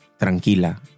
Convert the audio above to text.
tranquila